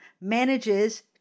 manages